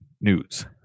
news